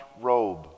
robe